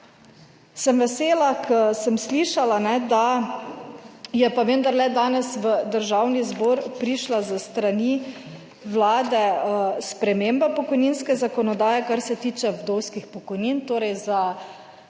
Sem vesela, ker sem slišala, da je pa vendarle danes v Državni zbor prišla s strani Vlade sprememba pokojninske zakonodaje kar se tiče vdovskih pokojnin, torej za dvig